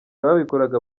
babikoraga